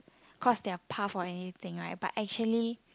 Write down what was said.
cross their path or anything right but actually